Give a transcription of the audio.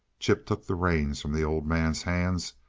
chip took the reins from the old man's hands,